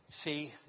See